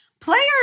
players